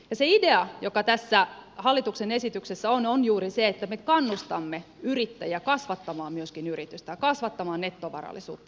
se idea joka tässä hallituksen esityksessä on on juuri se että me kannustamme yrittäjiä kasvattamaan myöskin yritystä ja kasvattamaan nettovarallisuutta